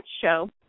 show